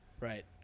Right